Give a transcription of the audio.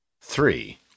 three